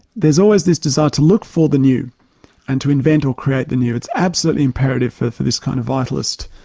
there's always this desire to look for the new and to invent or create the new. it's absolutely imperative for for this kind of vitalist,